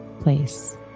place